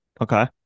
Okay